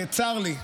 צר לי,